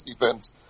defense